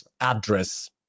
address